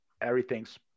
everything's